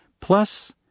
plus